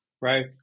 right